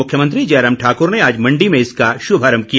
मुख्यमंत्री जयराम ठाक्र ने आज मण्डी में इसका श्भारम्भ किया